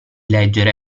leggere